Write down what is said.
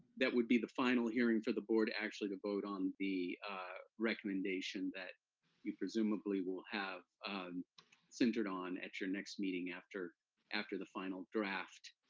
that would be the final hearing for the board actually vote on the recommendation that you presumably will have centered on at your next meeting after after the final draft,